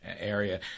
area